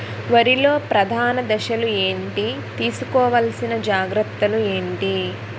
వరిలో ప్రధాన దశలు ఏంటి? తీసుకోవాల్సిన జాగ్రత్తలు ఏంటి?